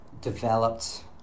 developed